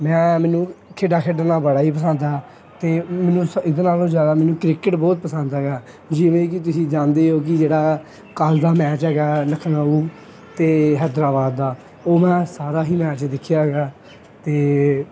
ਮੈਂ ਮੈਨੂੰ ਖੇਡਾਂ ਖੇਡਣਾ ਬੜਾ ਹੀ ਪਸੰਦ ਆ ਅਤੇ ਮੈਨੂੰ ਸ ਇਹਦੇ ਨਾਲ਼ੋਂ ਜ਼ਿਆਦਾ ਮੈਨੂੰ ਕ੍ਰਿਕਟ ਬਹੁਤ ਪਸੰਦ ਹੈਗਾ ਜਿਵੇਂ ਕਿ ਤੁਸੀਂ ਜਾਣਦੇ ਹੀ ਹੋ ਕਿ ਜਿਹੜਾ ਕਾਲਜ ਦਾ ਮੈਚ ਹੈਗਾ ਲਖਨਊ ਅਤੇ ਹੈਦਰਾਬਾਦ ਦਾ ਉਹ ਮੈਂ ਸਾਰਾ ਹੀ ਮੈਚ ਦੇਖਿਆ ਹੈਗਾ ਅਤੇ